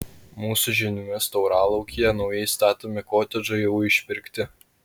mūsų žiniomis tauralaukyje naujai statomi kotedžai jau išpirkti